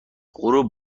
غروب